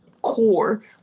core